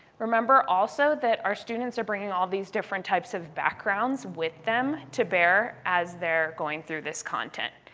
remember also that our students are bringing all these different types of backgrounds with them to bear as they're going through this content.